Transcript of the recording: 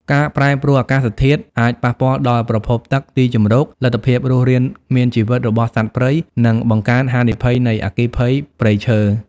ការប្រែប្រួលអាកាសធាតុអាចប៉ះពាល់ដល់ប្រភពទឹក ទីជម្រក លទ្ធភាពរស់រានមានជីវិតរបស់សត្វព្រៃ និងបង្កើនហានិភ័យនៃអគ្គីភ័យព្រៃឈើ។